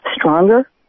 stronger